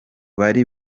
bari